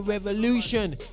Revolution